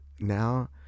now